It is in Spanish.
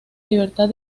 libertad